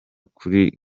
kuri